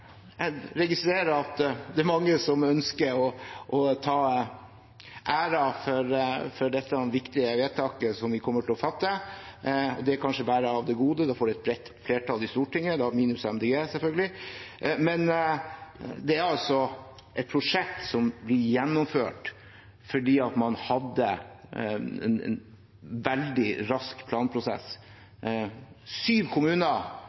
jeg registrerer at det er mange som ønsker å ta æren for dette viktige vedtaket som vi kommer til å fatte. Det er kanskje bare av det gode, da får vi et bredt flertall i Stortinget – minus Miljøpartiet De Grønne, selvfølgelig – men dette er altså et prosjekt som blir gjennomført fordi man hadde en veldig rask planprosess. Syv kommuner